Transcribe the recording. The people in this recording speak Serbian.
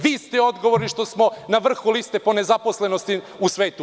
Vi ste odgovorni što smona vrhu liste po nezaposlenosti u svetu.